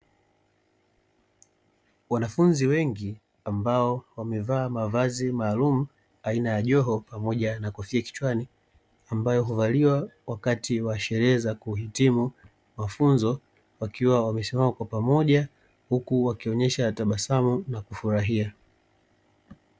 Wanafunzi wengi ambao wamevaa mavazi maalum aina ya joho pamoja na kofia kichwani , ambayo huvaliwa wakati wa sherehe za kuhitimu mafunzo wakiwa wamesimama kwa pamoja huku wakionyesha tabasamu na kufurahia.